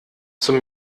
zum